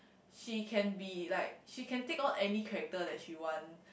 she can be like she can take on any character that she want